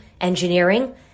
engineering